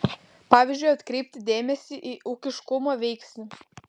pavyzdžiui atkreipti dėmesį į ūkiškumo veiksnį